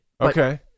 okay